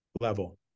level